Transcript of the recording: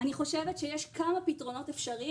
אני חושבת שיש כמה פתרונות אפשריים,